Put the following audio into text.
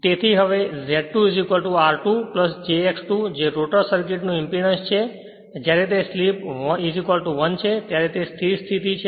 તેથી હવે Z2 r2 jX2 જે રોટર સર્કિટ નો ઇંપેડન્સ છે જ્યારે તે સ્લિપ 1 છે ત્યારે તે સ્થિર સ્થિતિ છે